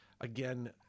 again